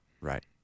Right